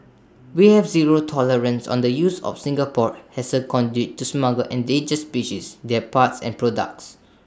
we have zero tolerance on the use of Singapore as A conduit to smuggle endangered species their parts and products